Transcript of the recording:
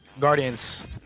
guardians